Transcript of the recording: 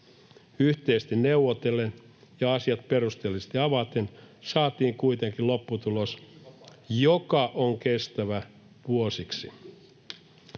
Yhteisesti neuvotellen ja asiat perusteellisesti avaten saatiin kuitenkin lopputulos, joka on kestävä vuosiksi.